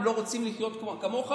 הם לא רוצים לחיות כמוך,